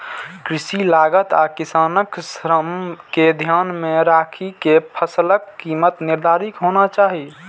कृषि लागत आ किसानक श्रम कें ध्यान मे राखि के फसलक कीमत निर्धारित होना चाही